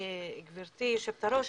גברתי היושבת-ראש,